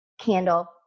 candle